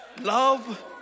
Love